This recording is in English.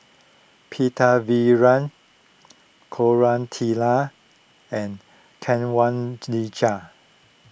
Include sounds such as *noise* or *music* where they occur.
Pritiviraj Koratala and *unintelligible*